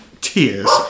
tears